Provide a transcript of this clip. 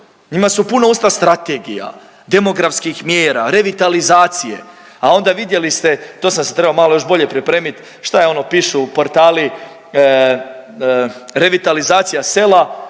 njima su puna usta strategija, demografskih mjera, revitalizacije, a onda vidjeli ste, to sam se trebao malo još bolje pripremit, šta ono pišu portali Revitalizacija sela,